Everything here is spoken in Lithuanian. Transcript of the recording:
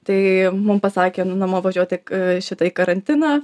tai mum pasakė namo važiuot tik į šitą į karantiną